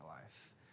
life